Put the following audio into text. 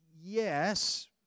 Yes